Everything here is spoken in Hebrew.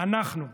אנחנו.